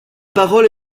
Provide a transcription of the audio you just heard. parole